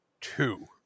two